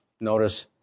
Notice